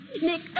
Nick